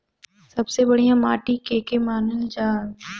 सबसे बढ़िया माटी के के मानल जा?